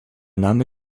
name